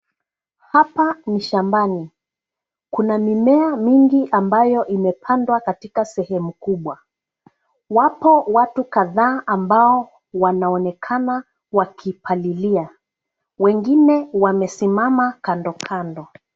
Hapa ni shambani. Kuna mimea mingi ambayo imepandwa katika sehemu kubwa. Wako watu kadhaa ambao wanaonekana wakipalilia Wengine wamesimama kandokando.